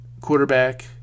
quarterback